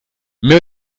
mehr